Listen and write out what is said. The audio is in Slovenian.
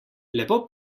lepo